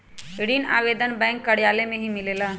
ऋण आवेदन बैंक कार्यालय मे ही मिलेला?